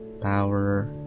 power